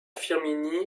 firminy